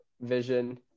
Vision